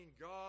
God